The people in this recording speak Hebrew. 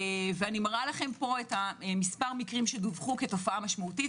אתם רואים את מספר המקרים שדווחו כתופעה משמעותית.